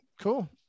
cool